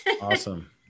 Awesome